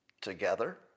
together